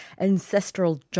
ancestral